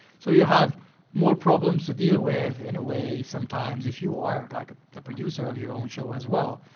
so you have more problems to deal with, in a way, sometimes, if you are, like, ah the producer of your own show as well.